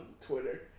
Twitter